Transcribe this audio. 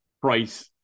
price